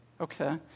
Okay